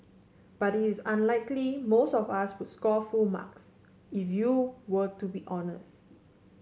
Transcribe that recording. but it is unlikely most of us would score full marks if you were to be honest